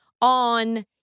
on